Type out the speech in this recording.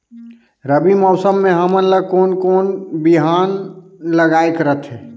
रबी मौसम मे हमन ला कोन कोन बिहान लगायेक रथे?